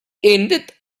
ended